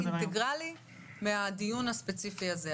אינטגרלי כרגע מהדיון הספציפי הזה,